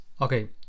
okay